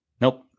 Nope